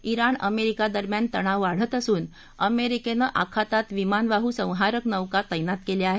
ज्ञिण America दरम्यान तणाव वाढत असून अमेरिकेने आखातात विमानवाहू संहारक नौका तैनात केल्या आहेत